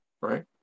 right